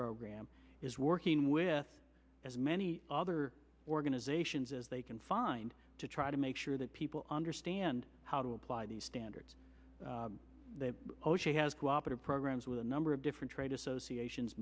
program is working with as many other organizations as they can find to try to make sure that people understand how to apply these standards oh she has cooperated programs with a number of different trade associations